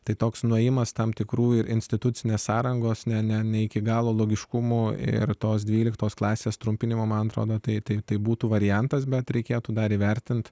tai toks nuėjimas tam tikrųjų institucinės sąrangos ne ne iki galo logiškumo ir tos dvyliktos klasės trumpinimo man atrodo tai taip būtų variantas bet reikėtų dar įvertinti